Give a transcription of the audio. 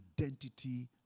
identity